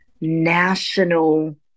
national